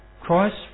Christ